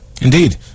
indeed